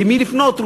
למי לפנות,